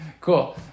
Cool